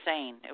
insane